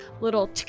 little